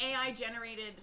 AI-generated